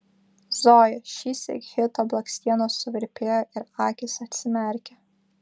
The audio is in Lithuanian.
zoja šįsyk hito blakstienos suvirpėjo ir akys atsimerkė